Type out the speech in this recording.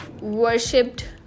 worshipped